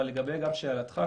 לגבי שאלתך,